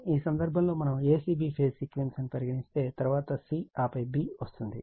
ఈ సందర్భంలో మనము ఇది a c b phase sequence అని పరిగణిస్తే Van తరువాత c ఆపై b వస్తుంది